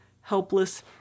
helpless